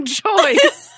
choice